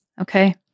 okay